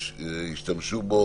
ישתמשו בו